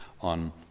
on